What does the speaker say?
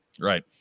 right